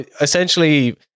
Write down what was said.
essentially